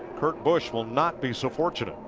kurt busch will not be so fortunate,